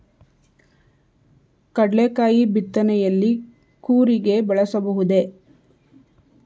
ಕಡ್ಲೆಕಾಯಿ ಬಿತ್ತನೆಯಲ್ಲಿ ಕೂರಿಗೆ ಬಳಸಬಹುದೇ?